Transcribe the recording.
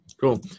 Cool